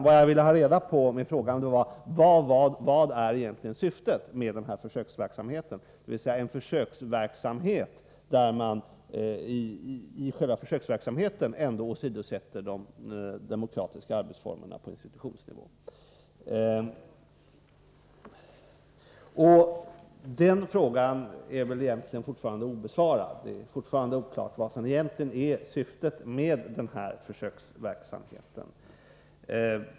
Vad jag ville ha svar på var: Vad är egentligen syftet med försöksverksamheten vid tekniska högskolan, där man ändå åsidosätter de demokratiska arbetsformerna på institutionsnivå? Den frågan är fortfarande obesvarad. Det är ännu oklart vad som i själva verket är syftet med försöksverksamheten.